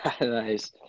nice